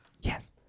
Yes